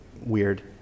weird